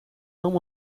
helm